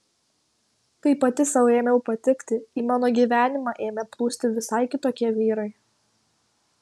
kai pati sau ėmiau patikti į mano gyvenimą ėmė plūsti visai kitokie vyrai